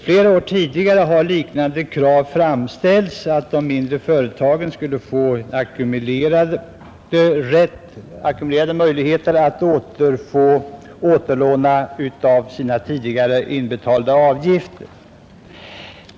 Flera gånger tidigare har liknande krav framställts, nämligen att de mindre företagen skulle få ackumulerade möjligheter att återlåna inbetalda avgifter.